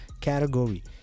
category